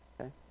Okay